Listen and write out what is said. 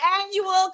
annual